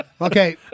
Okay